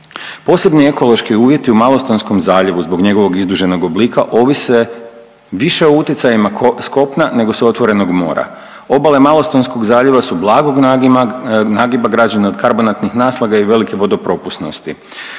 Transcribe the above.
Posebni ekološki uvjeti u Malostonskom zaljevu zbog njegovog izduženog oblika ovise više o utjecajima s kopna nego s otvorenog mora. Obale Malostonskog zaljeva su blagog nagiba građene od karbonatnih naslaga i velike vodopropusnosti.